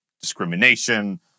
Discrimination